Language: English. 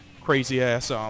crazy-ass